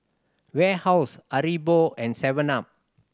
Warehouse Haribo and seven up